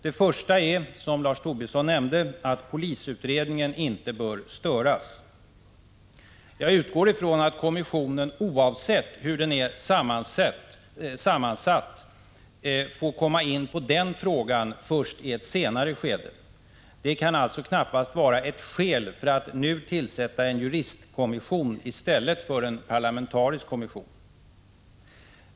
Det första skälet är, som Lars Tobisson nämnde, att polisutredningen inte bör störas. Jag utgår ifrån att kommissionen, oavsett hur den är sammansatt, får komma in på den frågan först i ett senare skede. Det kan alltså knappast vara ett skäl för att nu tillsätta en juristkommission i stället för en parlamentarisk kommission.